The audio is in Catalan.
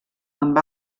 amb